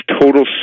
total